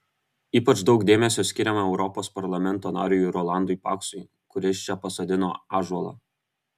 ypač daug dėmesio skiriama europos parlamento nariui rolandui paksui kuris čia pasodino ąžuolą